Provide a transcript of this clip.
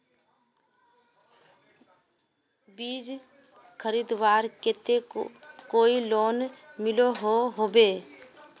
बीज खरीदवार केते कोई लोन मिलोहो होबे?